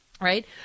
right